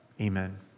Amen